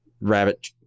rabbit